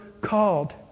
called